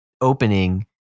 opening